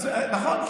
נכון.